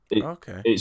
Okay